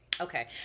Okay